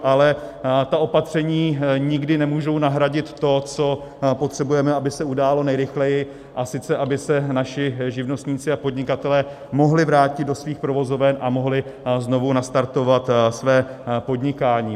Ale ta opatření nikdy nemůžou nahradit to, co potřebujeme, aby se událo nejrychleji, a sice aby se naši živnostníci a podnikatelé mohli vrátit do svých provozoven a mohli znovu nastartovat své podnikání.